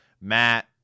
Matt